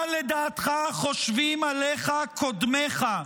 שאלה מס' 4: מה לדעתך חושבים עליך קודמיך,